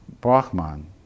Brahman